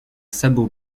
sabot